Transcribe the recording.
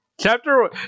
Chapter